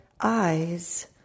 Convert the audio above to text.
Eyes